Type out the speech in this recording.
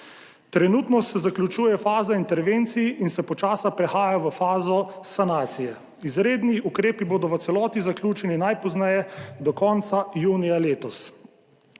Trenutno se zaključuje faza intervencij in se počasi prehaja v fazo sanacije. Izredni ukrepi bodo v celoti zaključeni najpozneje do konca junija letos.